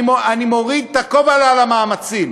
אני מוריד את הכובע על המאמצים.